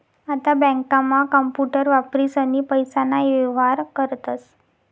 आता बँकांमा कांपूटर वापरीसनी पैसाना व्येहार करतस